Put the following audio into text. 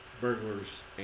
burglars